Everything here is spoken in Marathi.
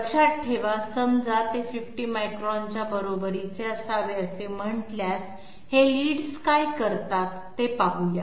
लक्षात ठेवा समजा ते 50 मायक्रॉनच्या बरोबरीचे असावे असे म्हटल्यास हे लीड्स काय करतात ते पाहू या